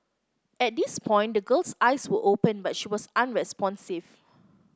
at this point the girl's eyes were open but she was unresponsive